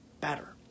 better